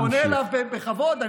אני פונה אליו בכבוד.